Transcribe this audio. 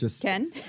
Ken